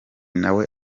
nawe